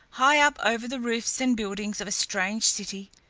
high up over the roofs and buildings of a strange city,